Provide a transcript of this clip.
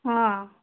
हां